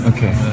Okay